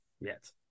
Yes